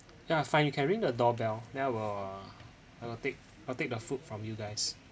ya fine you can ring the doorbell then I will I will take I'll take the food from you guys